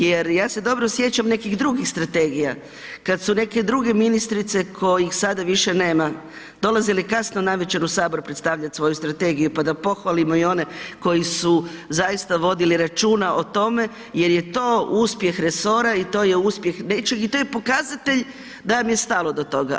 Jer ja se dobro sjećam nekih drugih strategija, kad su neke druge ministrice kojih sada više nema, dolazili kasno navečer u sabor predstavljat svoju strategiju, pa da pohvalimo i one koji su zaista vodili računa o tome jer je to uspjeh resora i to je uspjeh nečeg i to je pokazatelj da vam je stalo do toga.